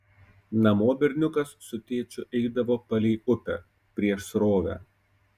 namo berniukas su tėčiu eidavo palei upę prieš srovę